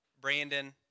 Brandon